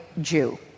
Jew